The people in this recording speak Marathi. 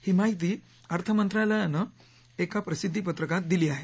ही माहिती अर्थ मंत्रालयानं एका प्रसिद्वी पत्रकात दिली आहे